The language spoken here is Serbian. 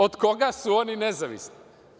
Od koga su oni nezavisni?